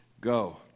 go